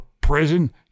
prison